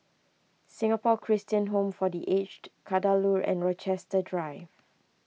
Singapore Christian Home for the Aged Kadaloor and Rochester Drive